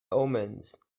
omens